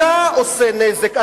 אתה עושה נזק,